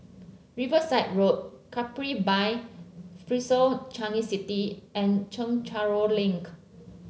Riverside Road Capri by Fraser Changi City and Chencharu Link